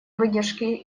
выдержки